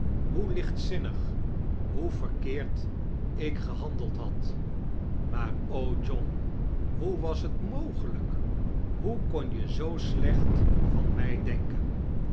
hoe lien tzinnig hoe verkeerd ik gehahdeld had maar o john hoe was t mogelijk hoe kon je zoo slecht van mij denken